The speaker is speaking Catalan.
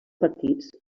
partits